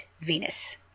Venus